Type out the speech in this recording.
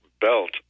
belt